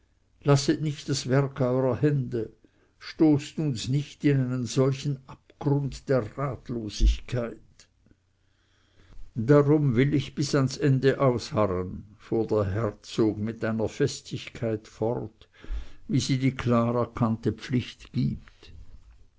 lasset nicht das werk eurer hände stoßt uns nicht in einen solchen abgrund der ratlosigkeit darum will ich bis ans ende ausharren fuhr der herzog mit einer festigkeit fort wie sie die klar erkannte pflicht gibt